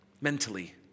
Mentally